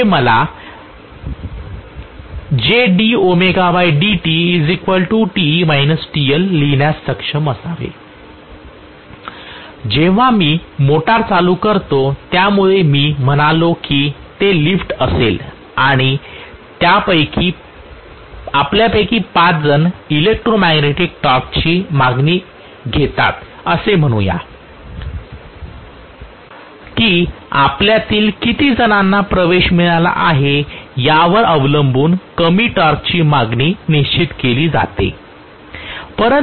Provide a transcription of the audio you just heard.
ते मला J लिहिण्यास सक्षम असावे जेव्हा मी मोटार चालू करतो त्यामुळेच मी म्हणालो की ते लिफ्ट असेल तर आणि आपल्यापैकी पाच जण इलेक्ट्रोमॅग्नेटिक टॉर्कची मागणी घेतात असे म्हणूया की आपल्यातील किती जणांना प्रवेश मिळाला आहे यावर अवलंबून कमी टॉर्कची मागणी निश्चित केली जाते